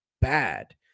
bad